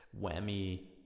whammy